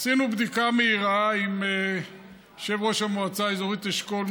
עשינו בדיקה מהירה עם יושב-ראש המועצה האזורית אשכול,